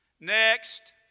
next